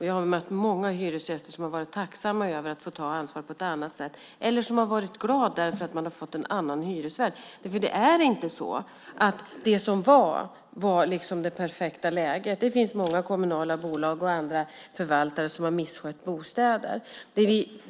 Jag har mött många hyresgäster som har varit tacksamma över att få ta ansvar på ett annat sätt eller som har varit glada därför att de har fått en annan hyresvärd. Det är nämligen inte så att det var det perfekta läget förut. Det finns många kommunala bolag och andra förvaltare som har misskött bostäder.